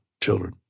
children